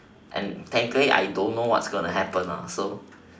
and technically I don't know what's going to happen lah so